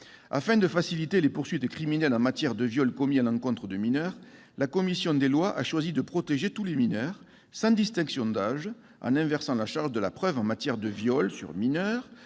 Afin de faciliter les poursuites criminelles en matière de viol commis à l'encontre de mineurs, la commission des lois a choisi de protéger tous les mineurs, sans distinction d'âge, en inversant la charge de la preuve en matière de viol sur mineurs